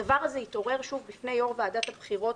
הדבר הזה התעורר שוב בפני יושב-ראש ועדת הבחירות